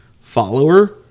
follower